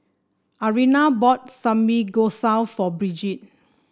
Ariana bought Samgeyopsal for Brigid